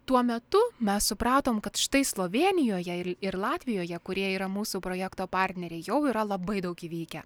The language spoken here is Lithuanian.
tuo metu mes supratom kad štai slovėnijoje ir l ir latvijoje kurie yra mūsų projekto partneriai jau yra labai daug įvykę